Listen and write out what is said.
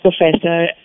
professor